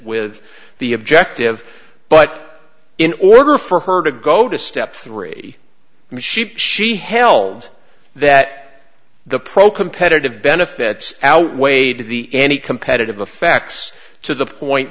with the objective but in order for her to go to step three she held that the pro competitive benefits outweighed the any competitive the facts to the point